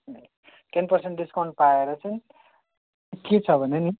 ten percent discount पाएर चाहिँ के छ भने नि